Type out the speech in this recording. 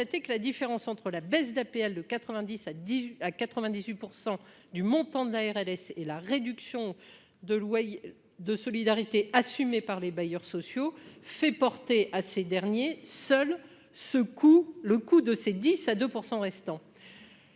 la différence entre la baisse d'APL de 90 à dit à 98 % du montant de l'ARS et la réduction de loyer de solidarité assumée par les bailleurs sociaux fait porter à ces derniers, seule ce coût, le coût de ces 10 à 2 % restants,